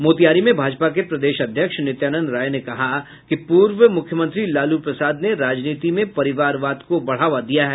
मोतिहारी में भाजपा के प्रदेश अध्यक्ष नित्यानंद राय ने कहा कि पूर्व मुख्यमंत्री लालू प्रसाद ने राजनीति में परिवारवाद को बढ़ावा दिया है